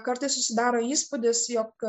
kartais susidaro įspūdis jog